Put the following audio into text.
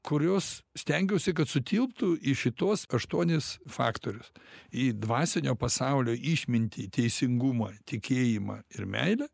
kurios stengiausi kad sutilptų į šituos aštuonis faktorius į dvasinio pasaulio išmintį teisingumą tikėjimą ir meilę